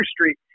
Street